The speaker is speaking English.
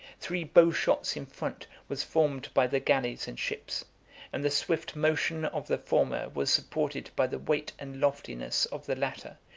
three bow-shots in front, was formed by the galleys and ships and the swift motion of the former was supported by the weight and loftiness of the latter,